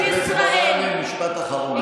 כנסת ישראל, חברת הכנסת מראענה, משפט אחרון.